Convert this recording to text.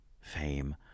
fame